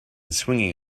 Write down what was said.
swinging